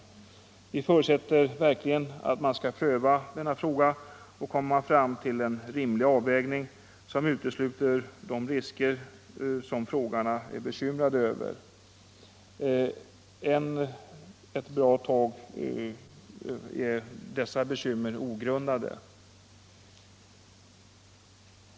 — allmänna pensions Vi förutsätter verkligen att man skall pröva denna fråga och komma = åldern, m.m. fram till en rimlig avvägning, som utesluter de risker frågeställarna är så bekymrade över. Än ett bra tag är dessa bekymmer ogrundade.